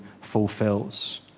fulfills